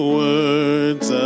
words